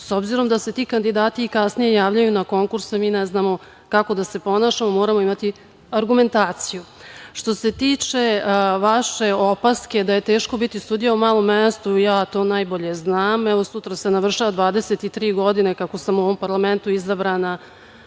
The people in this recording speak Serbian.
s obzirom da se ti kandidati i kasnije javljaju na konkurs i ne znamo kako da se ponašamo, moramo imati argumentaciju. Što se tiče vaše opaske da je teško biti sudija u malom mestu, ja to najbolje znam. Evo, sutra se navršava 23 godine kako sam u ovom parlamentu izabrana